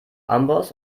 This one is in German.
amboss